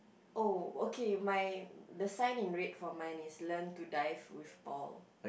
oh okay my the sign in red for mine is learn to dive with Paul